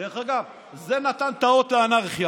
דרך אגב, זה נתן את האות לאנרכיה.